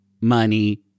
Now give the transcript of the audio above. money